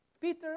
Peter